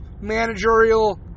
managerial